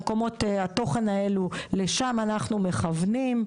למקומות התוכן האלו לשם אנחנו מכוונים.